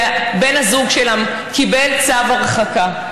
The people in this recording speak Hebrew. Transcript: בן הזוג שלה קיבל צו הרחקה,